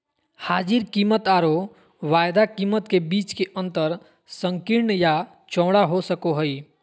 हाजिर कीमतआरो वायदा कीमत के बीच के अंतर संकीर्ण या चौड़ा हो सको हइ